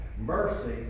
Mercy